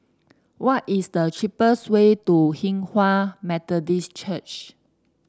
what is the cheapest way to Hinghwa Methodist Church